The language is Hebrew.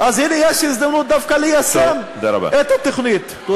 אז הנה, יש הזדמנות דווקא ליישם את התוכנית.